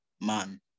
man